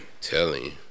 Telling